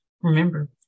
Remember